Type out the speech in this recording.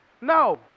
No